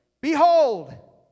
Behold